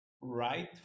right